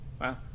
wow